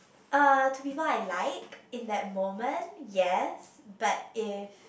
uh to people I like in that moment yes but if